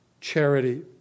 charity